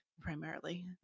primarily